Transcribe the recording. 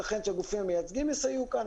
ייתכן שהגופים המייצגים יסייעו כאן,